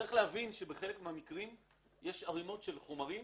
צריך להבין שבחלק מהמקרים יש ערימות של חומרים